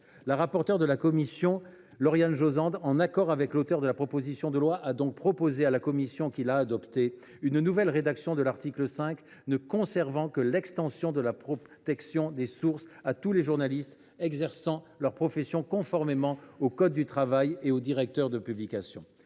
La rapporteure de la commission, Lauriane Josende, en accord avec l’auteure de la proposition de loi, a donc soumis à la commission, qui l’a adoptée, une nouvelle rédaction de l’article 5, ne conservant que l’extension de la protection des sources à tous les journalistes exerçant leur profession conformément au code du travail et aux directeurs de publication.